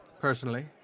personally